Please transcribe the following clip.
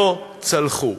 לא צלחו.